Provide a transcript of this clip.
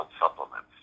supplements